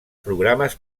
programes